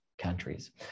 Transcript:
countries